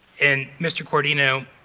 and mr. corodino